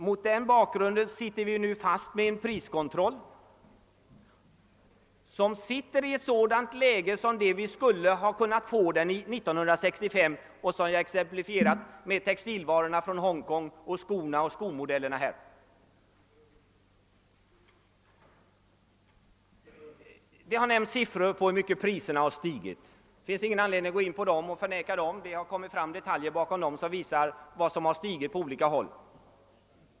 Mot den bakgrunden sitter vi nu fast med en priskontroll av det slag som vi skulle kunnat få 1965 och som jag exemplifierade med textilvarorna från Hongkong, skorna och skomodellerna. Det har nämnts en del siffror på hur mycket priserna har stigit. Det finns ingen anledning att förneka detta. Det har kommit fram detaljer som visar hur mycket priserna stigit på olika håll.